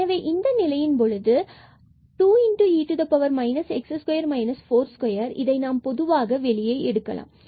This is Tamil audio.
எனவே இந்த நிலையின் பொழுது 2e x2 4y2 இதை நாம் பொதுவாக வெளியே எடுக்கலாம்